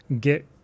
get